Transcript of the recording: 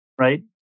right